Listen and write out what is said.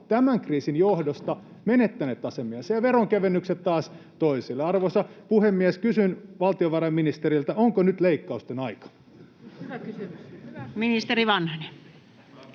tämän kriisin johdosta menettäneet asemiansa, ja veronkevennykset kohdistuisivat taas toisille. Arvoisa puhemies! Kysyn valtiovarainministeriltä: onko nyt leikkausten aika? [Naurua